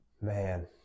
man